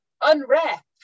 unwrap